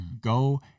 Go